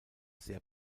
sehr